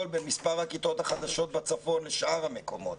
במספר הכיתות החדשות בצפון לשאר המקומות?